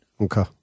Okay